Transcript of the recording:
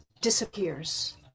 disappears